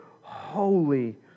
holy